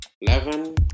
eleven